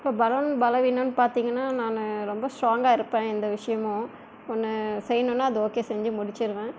இப்போ பலம் பலவீனம்ன்னு பார்த்திங்கனா நான் ரொம்ப ஸ்ட்ராங்காக இருப்பேன் எந்த விஷயமும் ஒன்று செய்யணுனா அது ஓகே செஞ்சு முடிச்சுருவேன்